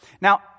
Now